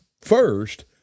first